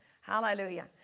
Hallelujah